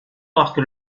marque